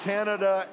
Canada